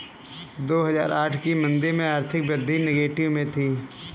दो हजार आठ की मंदी में आर्थिक वृद्धि नेगेटिव में थी